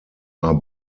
are